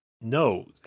No